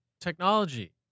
technology